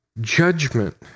judgment